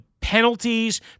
penalties